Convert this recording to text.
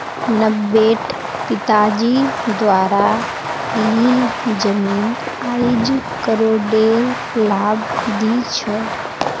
नब्बेट पिताजी द्वारा लील जमीन आईज करोडेर लाभ दी छ